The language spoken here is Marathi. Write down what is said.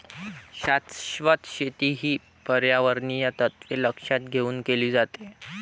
शाश्वत शेती ही पर्यावरणीय तत्त्वे लक्षात घेऊन केली जाते